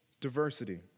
diversity